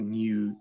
new